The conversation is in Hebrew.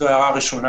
זו הערה ראשונה.